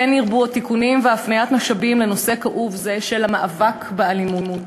כן ירבו התיקונים והפניית משאבים לנושא כאוב זה של המאבק באלימות.